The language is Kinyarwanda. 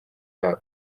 wabo